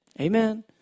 Amen